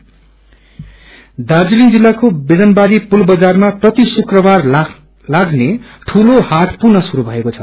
हाट दार्जीलिङ जिल्लाको विजनबारी पुलबजारमा प्रति शुक्रबार ताग्ने ठूलो झट पुनः शुरू भएको छ